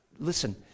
Listen